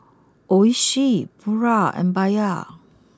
Oishi Pura and Bia